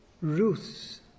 Ruth's